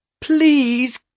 Please